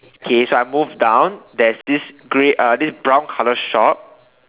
okay so I move down there's this grey uh this brown colour shop